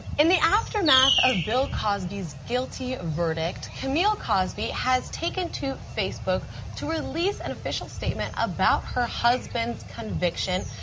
in the aftermath of bill cosby's guilty verdict, camille cosby has taken to facebook to release an official statement about her husband's conviction,